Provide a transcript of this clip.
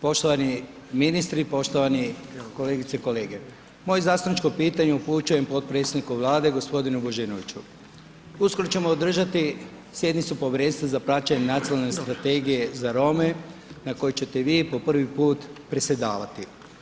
Poštovani ministri, poštovani kolegice i kolege, moje zastupničko pitanje upućujem potpredsjedniku Vlade, g. Božinoviću, uskoro ćemo održati sjednicu Povjerenstva za praćenje nacionalne strategije za Rome, na koji ćete vi po prvi put predsjedavati.